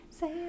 Say